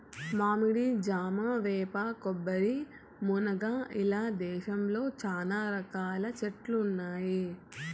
మామిడి, జామ, వేప, కొబ్బరి, మునగ ఇలా దేశంలో చానా రకాల చెట్లు ఉన్నాయి